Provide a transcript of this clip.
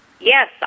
Yes